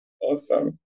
Awesome